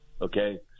Okay